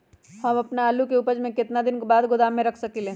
हम अपन आलू के ऊपज के केतना दिन बाद गोदाम में रख सकींले?